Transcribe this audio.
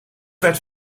werd